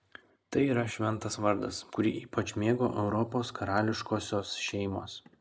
tai yra šventas vardas kurį ypač mėgo europos karališkosios šeimos